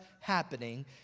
happening